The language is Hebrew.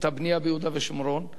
את הבנייה ביהודה ושומרון,